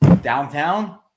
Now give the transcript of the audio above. Downtown